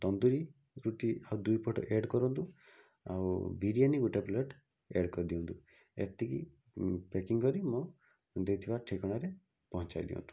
ତନ୍ଦୁରୀ ରୁଟି ଆଉ ଦୁଇପଟ ଏଡ଼୍ କରନ୍ତୁ ଆଉ ବିରିୟାନୀ ଗୋଟେ ପ୍ଲେଟ୍ ଏଡ଼୍ କରିଦିଅନ୍ତୁ ଏତିକି ପେକିଙ୍ଗ୍ କରି ମୋ ଦେଇଥିବା ଠିକଣାରେ ପହଞ୍ଚାଇ ଦିଅନ୍ତୁ